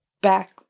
back